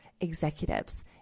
executives